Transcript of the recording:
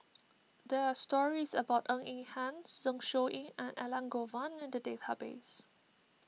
there are stories about Ng Eng Hen Zeng Shouyin and Elangovan in the database